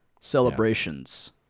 celebrations